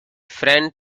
friend